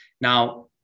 Now